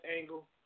angle